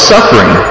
Suffering